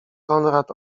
konrad